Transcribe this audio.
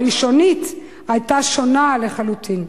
הראשונית היתה שונה לחלוטין.